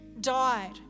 died